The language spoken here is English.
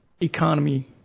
economy